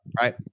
Right